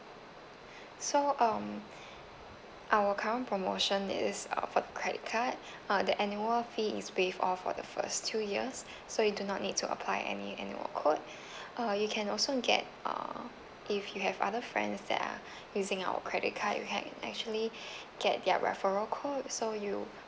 so um our current promotion is uh for the credit card uh the annual fee is waived off for the first two years so you do not need to apply any annual quote uh you can also get uh if you have other friends that are using our credit card you can actually get their referral code so you